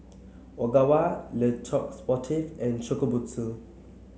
Ogawa Le Coq Sportif and Shokubutsu